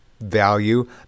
value